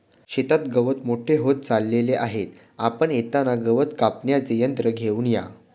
शेतात गवत मोठे होत चालले आहे, आपण येताना गवत कापण्याचे यंत्र घेऊन या